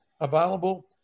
available